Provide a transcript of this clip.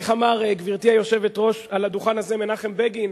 איך אמר, גברתי היושבת-ראש, מנחם בגין